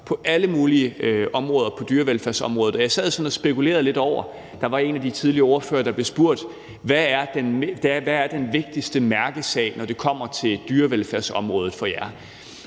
på alle mulige områder på dyrevelfærdsområdet. Der var en af de tidligere ordførere, der blev spurgt: Hvad er den vigtigste mærkesag, når det kommer til dyrevelfærdsområdet, for jer?